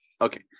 Okay